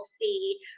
see